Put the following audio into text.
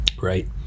right